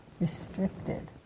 restricted